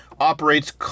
operates